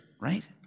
right